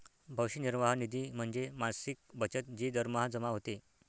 भविष्य निर्वाह निधी म्हणजे मासिक बचत जी दरमहा जमा होते